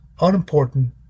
unimportant